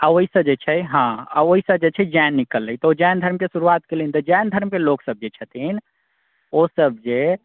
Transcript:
हँ ओहिसँ जे छै हँ ओहिसँ जे छै जैन निकललै तऽ ओ जैन धर्मके शुरुआत केलनि तऽ जैन धर्मके जे लोक सभ छथिन ओ सभजे